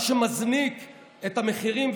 מה שמזניק את המחירים,